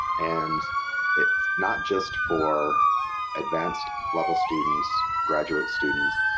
and it's not just for advanced level students, graduate students,